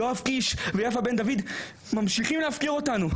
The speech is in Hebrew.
כי יואב קיש ויפה בן דוד מפקירים אותם.